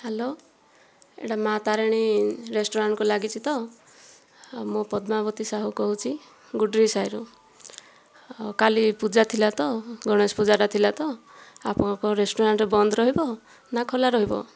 hello ଏଇଟା ମା' ତାରିଣୀ ରେଷ୍ଟୁରାଣ୍ଟକୁ ଲାଗିଚିତ ଆଉ ମୁଁ ପଦ୍ମାବତୀ ସାହୁ କହୁଛି ଗୁଡ୍ରି ସାହିରୁ ଆଉ କାଲି ପୂଜା ଥିଲା ତ ଗଣେଶ ପୂଜାଟା ଥିଲା ତ ଆପଣଙ୍କ ରେଷ୍ଟୁରାଣ୍ଟ ବନ୍ଦ ରହିବ ନା ଖୋଲା ରହିବ